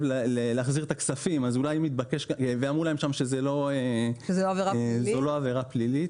להחזיר את הכסף ואמרו להם שם שזאת לא עבירה פלילית.